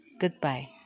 goodbye